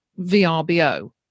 VRBO